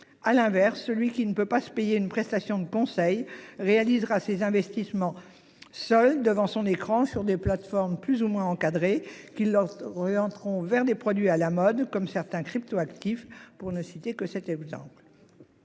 À l'inverse, celui qui ne peut pas se payer une prestation de conseil réalisera ses investissements seul devant son écran sur des plateformes plus ou moins encadrés qui leur orienteront vers des produits à la mode comme certains cryptoactifs pour ne citer que cet exemple.